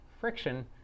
friction